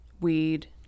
weed